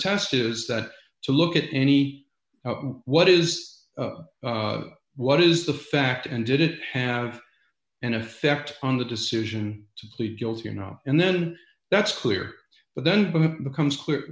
test is that to look at any what is what is the fact and did it have an effect on the decision to plead guilty you know and then that's clear but then becomes clear